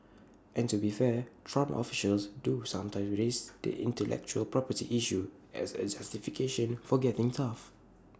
and to be fair Trump officials do sometimes raise the intellectual property issue as A justification for getting tough